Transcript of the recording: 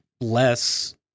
less